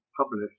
published